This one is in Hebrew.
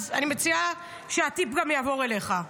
אז אני מציעה שהטיפ יעבור גם אליך.